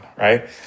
Right